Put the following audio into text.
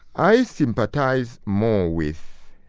i sympathise more with